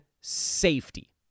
safety